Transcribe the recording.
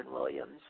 Williams